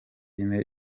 ine